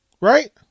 Right